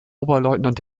oberleutnant